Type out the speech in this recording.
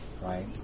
Right